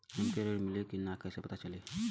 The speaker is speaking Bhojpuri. हमके ऋण मिली कि ना कैसे पता चली?